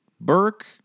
Burke